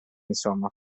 insomma